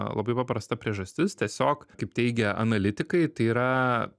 labai paprasta priežastis tiesiog kaip teigia analitikai tai yra